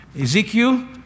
ezekiel